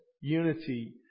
unity